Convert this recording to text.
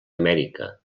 amèrica